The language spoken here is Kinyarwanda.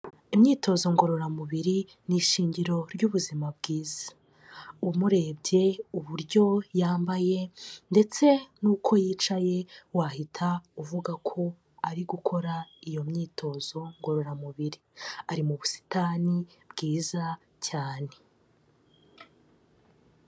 Imyitozo ngororamubiri ni ishingiro ry'ubuzima bwiza, umurebye uburyo yambaye ndetse n'uko yicaye wahita uvuga ko ari gukora iyo myitozo ngororamubiri, ari mu busitani bwiza cyane.